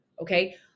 Okay